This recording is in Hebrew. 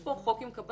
יש פה חוק עם קביים.